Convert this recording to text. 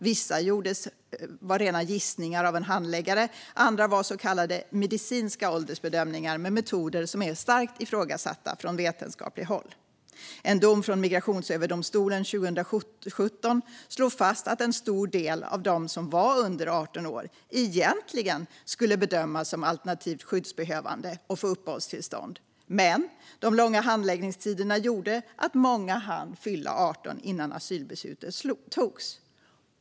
Vissa var rena gissningar av en handläggare, och andra var så kallade medicinska åldersbedömningar med metoder som är starkt ifrågasatta från vetenskapligt håll. En dom från Migrationsöverdomstolen 2017 slog fast att en stor del av dem som var under 18 år egentligen skulle bedömas som alternativt skyddsbehövande och få uppehållstillstånd, men de långa handläggningstiderna gjorde att många hann fylla 18 år innan asylbeslutet togs.